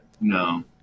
No